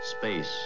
space